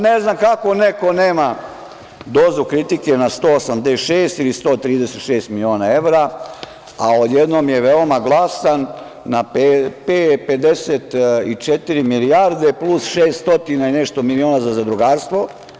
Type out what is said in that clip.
Ne znam kako neko nema dozu kritike na 186 ili 136 miliona evra, a odjednom je veoma glasan na 54 milijarde plus 600 i nešto miliona za zadrugarstvo.